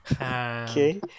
Okay